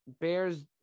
Bears